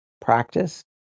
practice